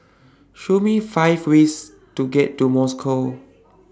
Show Me five ways to get to Moscow